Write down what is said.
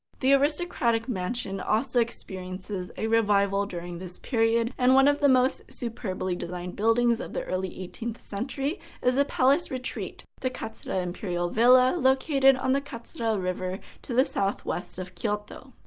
the aristocratic mansion also experiences a revival during this period, and one of the most superbly designed buildings of the early seventeenth century is a palace retreat, the katsura imperial villa located on the katsura river to the southwest of kyoto.